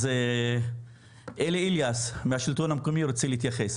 אז אלי אליאס מהשלטון המקומי רוצה להתייחס,